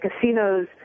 casinos